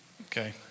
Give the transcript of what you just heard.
Okay